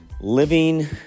living